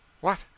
What